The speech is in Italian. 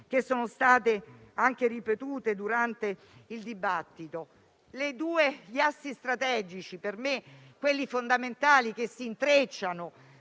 che sono state ripetute durante il dibattito: gli assi strategici, per me fondamentali, che si intrecciano